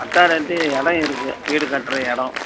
authority இடம் இருக்கு வீடு கட்டுற இடம்